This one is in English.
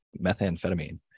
methamphetamine